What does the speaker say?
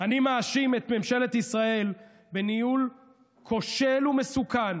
אני מאשים את ממשלת ישראל בניהול כושל ומסוכן